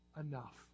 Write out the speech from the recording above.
enough